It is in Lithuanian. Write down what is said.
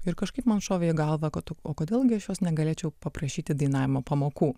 ir kažkaip man šovė į galvą kad o kodėl gi aš jos negalėčiau paprašyti dainavimo pamokų